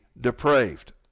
depraved